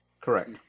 Correct